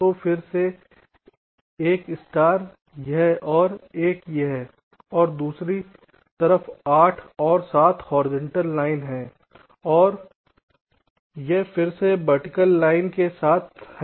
तो फिर से एक स्टार यह और यह और दूसरी तरफ 8 और 7 होरिजेंटल लाइन हैं और यह फिर से वर्टिकल लाइन के साथ है